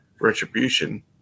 Retribution